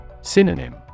Synonym